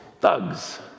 thugs